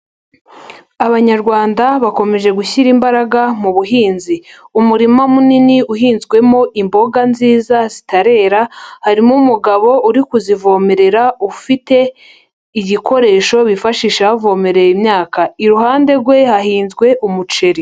Abanyarwanda bakomeje gushyira imbaraga mu buhinzi, umurima munini uhinzwemo imboga nziza zitarera harimo umugabo uri kuzivomerera, ufite igikoresho bifashisha bavomereye imyaka, iruhande rwe hahinzwe umuceri.